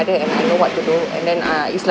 and they know what to do and then ah it's like